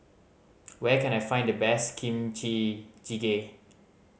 where can I find the best Kimchi Jjigae